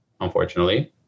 unfortunately